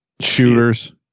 shooters